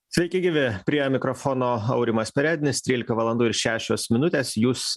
sveiki gyvi prie mikrofono aurimas perednis trylika valandų ir šešios minutės jūs